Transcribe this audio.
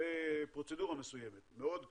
בפרוצדורה מסוימת, מאוד קשוחה,